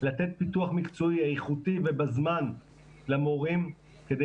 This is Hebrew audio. לתת פיתוח מקצועי איכותי ובזמן למורים כדי